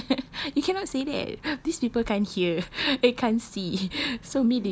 you cannot say that these people can't hear eh can't see